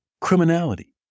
criminality